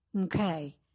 Okay